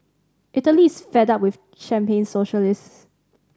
Italy is fed up with champagne socialists